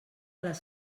les